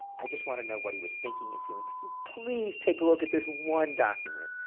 i just want to know what he was thinking and feeling. can you please take a look at this one document?